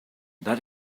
that